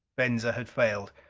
venza had failed.